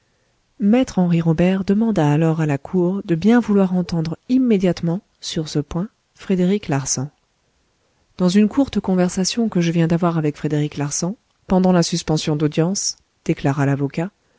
ami me henri robert demanda alors à la cour de bien vouloir entendre immédiatement sur ce point frédéric larsan dans une courte conversation que je viens d'avoir avec frédéric larsan pendant la suspension d'audience déclara l'avocat